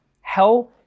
Hell